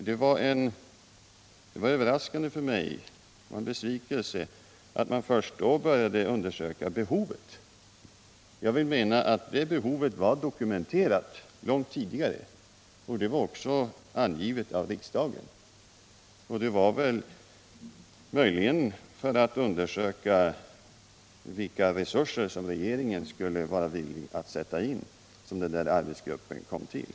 Det var en överraskning och en besvikelse för mig att man först då började undersöka behovet. Jag menar att det behovet var dokumenterat långt tidigare, och det var också angivet av riksdagen. Det var möjligen för att undersöka vilka resurser som regeringen skulle vara villig att sätta in som den där arbetsgruppen kom till.